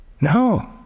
No